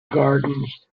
gardens